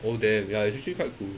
oh damn ya it's actually quite cool